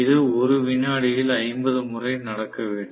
இது 1 வினாடியில் 50 முறை நடக்க வேண்டும்